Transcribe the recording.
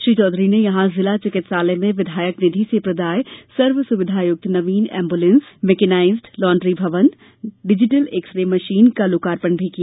श्री चौधरी ने यहां जिला चिकित्सालय में विधायक निधि से प्रदाय सर्वसुविधायुक्त नवीन एम्बूलेंस मैकेनाईज्ड लॉण्ड्री भवन digital x ray machine ventilators का लोकार्पण भी किया